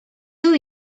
two